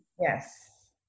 Yes